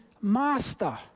master